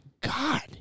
God